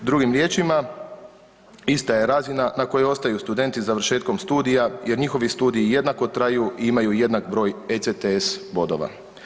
Drugim riječima ista je razina na kojoj ostaju studenti završetkom studija jer njihovi studiji jednako traju i imaju jednak ECTS bodova.